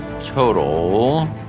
Total